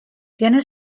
tiene